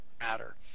matter